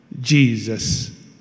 Jesus